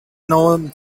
known